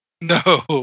No